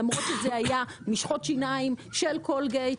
למרות שאלו היו משחות שיניים של קולגייט